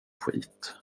skit